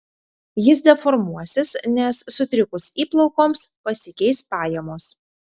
jis deformuosis nes sutrikus įplaukoms pasikeis pajamos